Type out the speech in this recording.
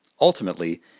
Ultimately